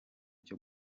cyo